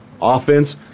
Offense